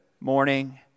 morning